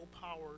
power